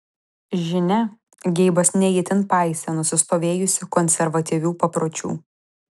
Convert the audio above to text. žinia geibas ne itin paisė nusistovėjusių konservatyvių papročių